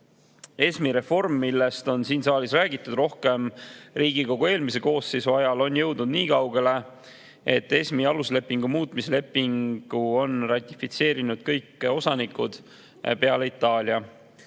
reform, millest on siin saalis räägitud rohkem Riigikogu eelmise koosseisu ajal, on jõudnud niikaugele, et ESM‑i aluslepingu muutmise lepingu on ratifitseerinud kõik osanikud peale Itaalia.